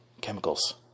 Chemicals